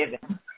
given